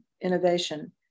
innovation